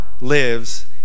lives